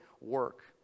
work